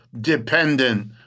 dependent